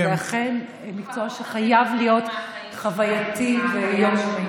זה אכן מקצוע שחייב להיות חווייתי ויום-יומי.